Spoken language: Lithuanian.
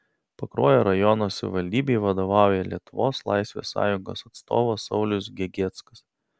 pakruojo rajono savivaldybei vadovauja lietuvos laisvės sąjungos atstovas saulius gegieckas